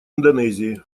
индонезии